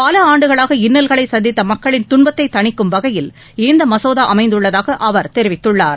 பல ஆண்டுகளாக இன்னல்களை சந்தித்த மக்களின் துன்பத்தை தணிக்கும் வகையில் இந்த மசோதா அமைந்துள்ளதாக அவர் தெரிவித்துள்ளார்